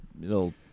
little